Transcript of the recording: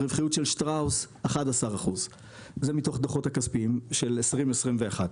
הרווחיות של שטראוס 11%. זה מתוך הדוחות הכספיים של 2021,